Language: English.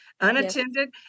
unattended